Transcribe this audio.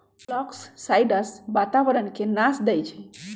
मोलॉक्साइड्स वातावरण के नाश देई छइ